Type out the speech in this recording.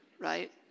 Right